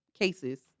cases